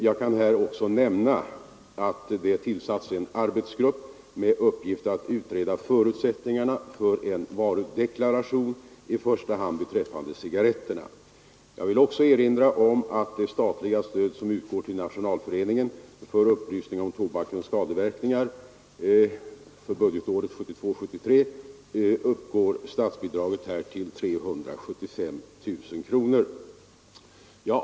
Jag kan här också nämna att det tillsatts en arbetsgrupp med uppgift att utreda förutsättningarna för en varudeklaration, i första hand beträffande cigarretterna, Jag vill också erinra om att det statliga stödet till Nationalföreningen för upplysning om tobakens skadeverkningar för budgetåret 1972/73 uppgår till 375 000 kronor.